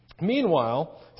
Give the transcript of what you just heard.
Meanwhile